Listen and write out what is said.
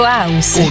House